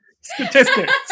Statistics